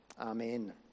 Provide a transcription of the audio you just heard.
Amen